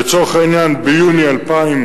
לצורך העניין ביוני 2011,